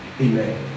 Amen